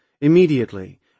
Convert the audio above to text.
immediately